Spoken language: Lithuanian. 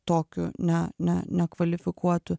tokiu ne ne nekvalifikuotu